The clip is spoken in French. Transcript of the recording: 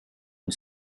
une